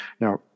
now